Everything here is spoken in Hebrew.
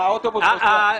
האוטובוס נסע.